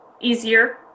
easier